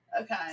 Okay